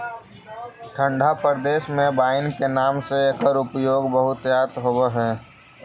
ठण्ढा प्रदेश में वाइन के नाम से एकर उपयोग बहुतायत होवऽ हइ